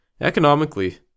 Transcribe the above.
Economically